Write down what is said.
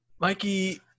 Mikey